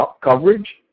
coverage